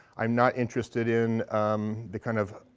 i'm not interested in the kind of